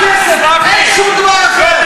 חברי הכנסת של יש עתיד לא לקחו כספים קואליציוניים.